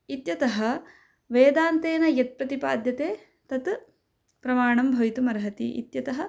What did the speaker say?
इत्यतः वेदान्तेन यत् प्रतिपाद्यते तत् प्रमाणं भवितुम् अर्हति इत्यतः